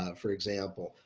ah for example,